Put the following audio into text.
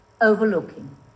Overlooking